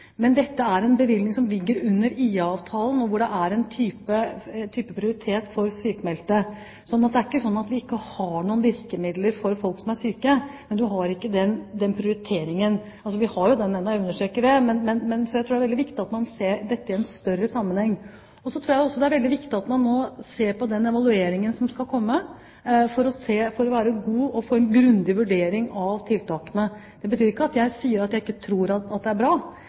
Men dette er en bevilgning som ligger under IA-avtalen, der det er en type prioritet for sykmeldte. Det er ikke slik at vi ikke har noen virkemidler for folk som er syke, men vi har ikke den prioriteringen. Altså: Vi har jo den ennå – jeg understreker det – så jeg tror det er veldig viktig at man ser dette i en større sammenheng. Jeg tror også det er veldig viktig at man nå ser på den evalueringen som kommer, for å få en grundig vurdering av tiltakene. Det betyr ikke at jeg ikke tror at dette er bra, men jeg er veldig opptatt av at vi må passe på at